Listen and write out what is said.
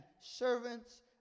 servants